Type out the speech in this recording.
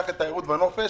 למשל